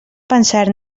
pensar